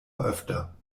öfter